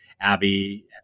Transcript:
Abby